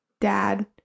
dad